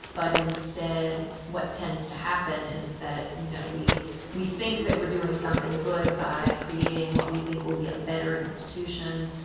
but instead what tends to happen is that you know, we we think that we're doing something good by creating what we think will be a better institution,